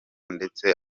ndetse